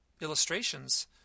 illustrations